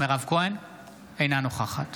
אינה נוכחת